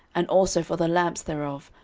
and also for the lamps thereof,